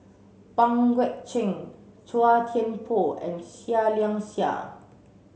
Pang Guek Cheng Chua Thian Poh and Seah Liang Seah